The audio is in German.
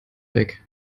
weg